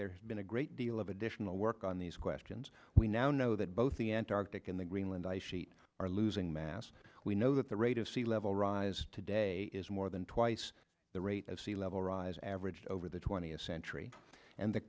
there's been a great deal of additional work on these questions we now know that both the antarctic and the greenland ice sheet are losing mass we know that the rate of sea level rise today is more than twice the rate of sea level rise averaged over the twentieth century and the